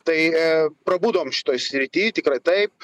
tai e prabudom šitoj srity tikrai taip